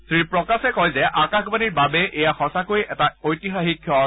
শ্ৰী প্ৰকাশে কয় যে আকাশবাণীৰ বাবে এয়া সঁচাকৈ এটা ঐতিহাসিক ক্ষণ